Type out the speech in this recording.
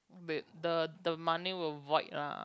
the the money will void lah